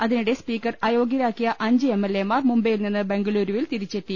അതിനിടെ സ്പീക്കർ അയോഗൃരാ ക്കിയ അഞ്ച് എം എൽ എ മാർ മുംബൈയിൽ നിന്ന് ബെങ്കളൂരുവിൽ തിരിച്ചെത്തി